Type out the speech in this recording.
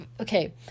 okay